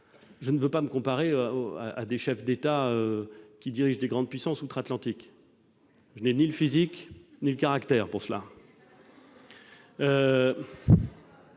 Je ne veux pas me comparer à des chefs d'État qui dirigent de grandes puissances outre-Atlantique- je n'en ai ni le physique ni le caractère -, mais